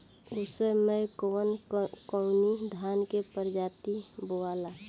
उसर मै कवन कवनि धान के प्रजाति बोआला?